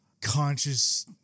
conscious